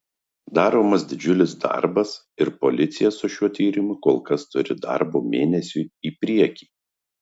daromas didžiulis darbas ir policija su šiuo tyrimu kol kas turi darbo mėnesiui į priekį